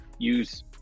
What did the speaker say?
Use